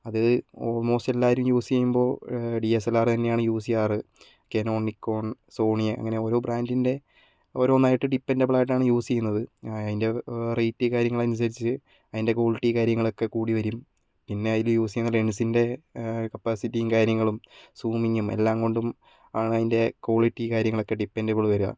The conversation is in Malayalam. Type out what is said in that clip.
അത് ആൾമോസ്റ്റ് എല്ലാവരും യൂസ് ചെയ്യുമ്പോൾ ഡി എസ് എൽ ആർ തന്നെയാണ് യൂസ് ചെയ്യാറ് കെനോൺ നിക്കോൺ സോണി അങ്ങനെ ഓരോ ബ്രാന്റിന്റെ ഓരോന്നായിട്ട് ഡിപ്പെന്റബിളായിട്ടാണ് യൂസ് ചെയ്യുന്നത് അതിന്റെ വെറൈറ്റി കാര്യങ്ങൾ അനുസരിച്ച് അതിന്റെ ക്വാളിറ്റി കാര്യങ്ങൾ ഒക്കെ കൂടി വരും പിന്നെ അതിൽ യൂസ് ചെയ്യുന്ന ലെൻസിന്റെ കപ്പാസിറ്റിയും കാര്യങ്ങളും സൂമിംഗും എല്ലാം കൊണ്ടും ആണ് അതിന്റെ ക്വാളിറ്റി കാര്യങ്ങളൊക്കെ ഡിപ്പെന്റബിൾ വരിക